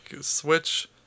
Switch